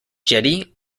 jetty